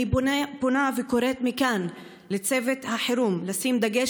אני פונה וקוראת מכאן לצוות החירום לשים דגש